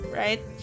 right